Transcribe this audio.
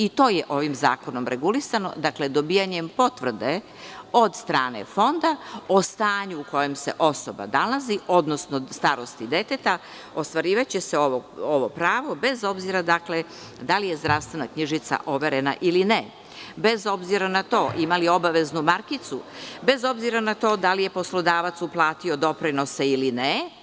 I to je ovim zakonom regulisano – dobijanjem potvrde od strane Fonda o stanju u kojem se osoba nalazi, odnosno starosti deteta, ostvarivaće se ovo pravo, bez obzira da li je zdravstvena knjižica overena ili ne, bez obzira na to ima li obaveznu markicu, bez obzira na to da li je poslodavac uplatio doprinose ili ne.